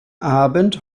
abend